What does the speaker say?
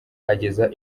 ageza